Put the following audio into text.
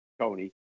Tony